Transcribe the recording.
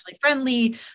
friendly